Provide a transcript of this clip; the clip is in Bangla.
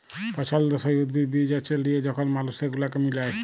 পছল্দসই উদ্ভিদ, বীজ বাছে লিয়ে যখল মালুস সেগুলাকে মিলায়